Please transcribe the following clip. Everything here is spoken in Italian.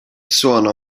suona